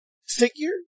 figure